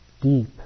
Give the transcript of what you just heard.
Deep